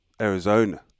Arizona